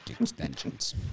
extensions